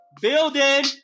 building